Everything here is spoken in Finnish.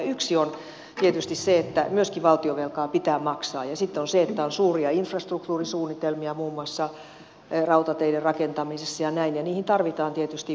yksi on tietysti se että myöskin valtionvelkaa pitää maksaa ja sitten on se että on suuria infrastruktuurisuunnitelmia muun muassa rautateiden rakentamisessa ja näin ja niihin tarvitaan tietysti rahoitusta